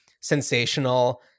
sensational